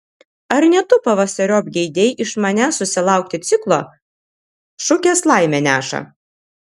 ar ne tu pavasariop geidei iš manęs susilaukti ciklo šukės laimę neša